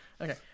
okay